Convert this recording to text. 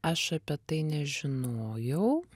aš apie tai nežinojau